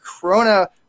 Corona